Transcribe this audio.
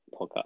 podcast